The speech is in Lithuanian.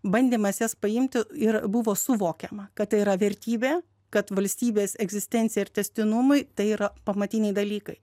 bandymas jas paimti ir buvo suvokiama kad tai yra vertybė kad valstybės egzistencijai ir tęstinumui tai yra pamatiniai dalykai